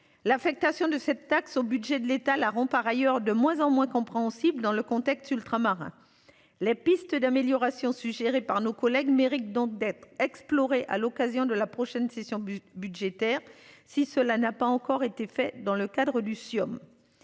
l'affectation de cette taxe au budget de l'État ont par ailleurs de moins en moins compréhensibles dans le contexte ultra-marins. Les pistes d'amélioration suggérés par nos collègues mérite donc d'être explorées, à l'occasion de la prochaine session but budgétaire. Si cela n'a pas encore été fait dans le cadre Lucio.